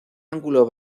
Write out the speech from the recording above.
ángulo